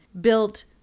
built